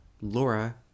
Laura